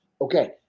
Okay